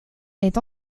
est